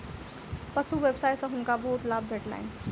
पशु व्यवसाय सॅ हुनका बहुत लाभ भेटलैन